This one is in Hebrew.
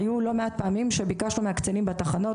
היו לא מעט פעמים שביקשנו מהקצינים בתחנות,